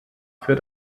für